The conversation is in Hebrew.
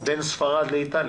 בין ספרד לאיטליה,